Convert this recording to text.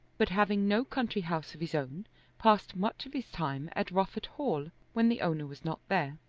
but having no country house of his own passed much of his time at rufford hall when the owner was not there.